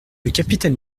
capitaine